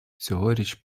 цьогоріч